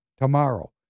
tomorrow